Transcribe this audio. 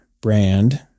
brand